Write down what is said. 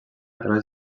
través